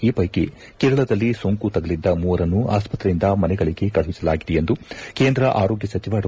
ಈ ಪೈಕಿ ಕೇರಳದಲ್ಲಿ ಸೋಂಕು ತಗುಲಿದ್ದ ಮೂವರನ್ನು ಆಸ್ಪತ್ರೆಯಿಂದ ಮನೆಗಳಿಗೆ ಕಳುಹಿಸಲಾಗಿದೆ ಎಂದು ಕೇಂದ್ರ ಆರೋಗ್ಯ ಸಚವ ಡಾ